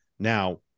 now